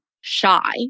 shy